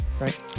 right